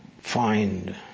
find